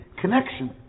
connection